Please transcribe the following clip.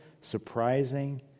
surprising